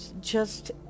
just-